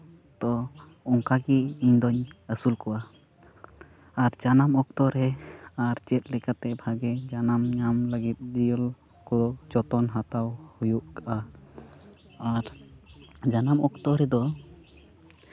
ᱛᱚ ᱚᱱᱠᱟᱜᱮ ᱤᱧᱫᱩᱧ ᱟᱹᱥᱩᱞ ᱠᱚᱣᱟ ᱟᱨ ᱡᱟᱱᱟᱢ ᱚᱠᱛᱚ ᱨᱮ ᱟᱨ ᱪᱮᱫ ᱞᱮᱠᱟᱛᱮ ᱵᱷᱟᱜᱮ ᱡᱟᱱᱟᱢ ᱧᱟᱢ ᱞᱟᱹᱜᱤᱫ ᱡᱤᱭᱟᱹᱞᱤ ᱠᱚ ᱡᱚᱛᱚᱱ ᱦᱟᱛᱟᱣ ᱦᱩᱭᱩᱜᱼᱟ ᱟᱨ ᱡᱟᱱᱟᱢ ᱚᱠᱛᱚ ᱨᱮᱫᱚ